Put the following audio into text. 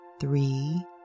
three